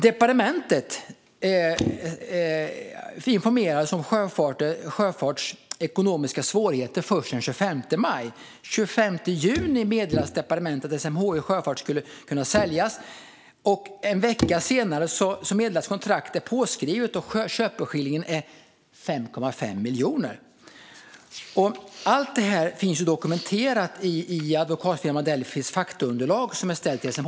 Departementet informerades om Sjöfarts ekonomiska svårigheter först den 25 maj. Den 25 juni meddelades departementet att SMHI Sjöfart skulle kunna säljas. En vecka senare meddelades att kontraktet var påskrivet och att köpeskillingen var 5,5 miljoner. Allt detta finns dokumenterat i Advokatfirman Delphis faktaunderlag som är ställt till SMHI.